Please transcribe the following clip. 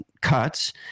cuts